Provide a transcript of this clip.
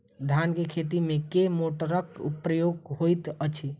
धान केँ खेती मे केँ मोटरक प्रयोग होइत अछि?